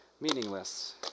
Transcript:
meaningless